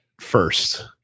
first